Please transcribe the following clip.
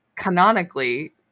Canonically